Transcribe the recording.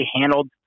handled